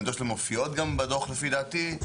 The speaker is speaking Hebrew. אני יודע שגם מופיעות בדוח לפי דעתי.